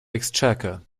exchequer